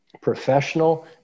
professional